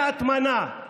ההטמנה,